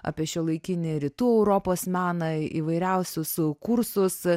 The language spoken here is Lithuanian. apie šiuolaikinį rytų europos meną įvairiausius kursus